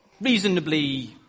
reasonably